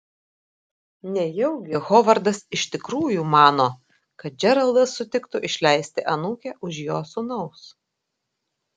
nejaugi hovardas iš tikrųjų mano kad džeraldas sutiktų išleisti anūkę už jo sūnaus